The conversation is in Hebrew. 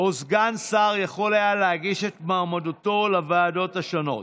או סגן שר היה יכול להגיש את מועמדותו לוועדות השונות.